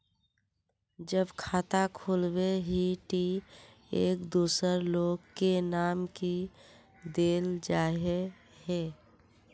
जब खाता खोलबे ही टी एक दोसर लोग के नाम की देल जाए है?